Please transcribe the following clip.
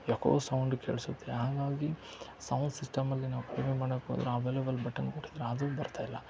ಯಕೋ sound ಕೇಳಿಸುತ್ತೆ ಹಾಗಾಗಿ sound ಸಿಸ್ಟಮ್ಮಲ್ಲಿ ನಾವು ಕಡಿಮೆ ಮಾಡಕ್ಕೆ ಹೋದರೆ ಅವೇಲೆಬಲ್ ಬಟನ್ ಮುಟ್ಟಿದ್ರೆ ಅದೂ ಬರ್ತಾ ಇಲ್ಲ